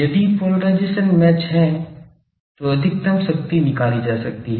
यदि polarisation match है तो अधिकतम शक्ति निकाली जा सकती है